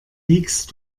wiegst